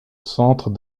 centre